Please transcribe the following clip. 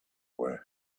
were